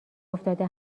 افتاده